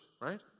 right